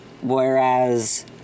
whereas